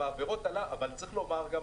צריך גם לומר,